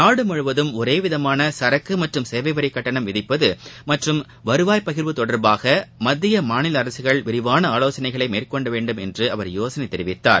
நாடு முழுவதும் ஒரே விதமான சரக்கு மற்றும் சேவை வரி கட்டணம் விதிப்பது மற்றும் வருவாய் பகிர்வு தொடர்பாக மத்திய மாநில அரசுகள் விரிவான ஆலோகனை மேற்கொள்ள வேண்டும் என்று அவர் யோசனை தெரிவித்தார்